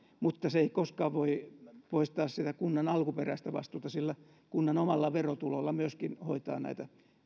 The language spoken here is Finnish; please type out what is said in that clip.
mutta se ei koskaan voi poistaa sitä kunnan alkuperäistä vastuuta kunnan omalla verotulolla myöskin hoitaa näitä